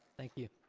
thank you.